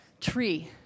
tree